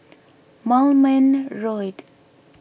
Moulmein Road